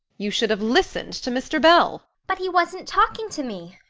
you should have listened to mr. bell. but he wasn't talking to me,